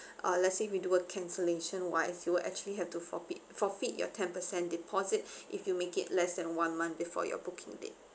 uh let's say we do a cancellation wise you will actually have to forfeit forfeit your ten percent deposit if you make it less than one month before your booking date